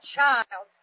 child